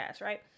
right